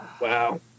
Wow